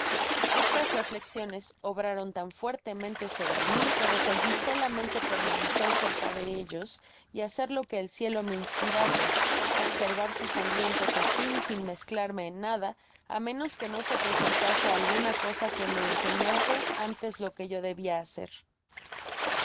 estas reflexiones obraron tan fuertemente sobre mi que resolvi solamente permanecer cerca de ellos y hacer lo que el cielo me inspirase observar su sangriento festin sin mezclarme en nada á menos que no se presen tase alguna cosa que me enseñase antes loque yo debia hacer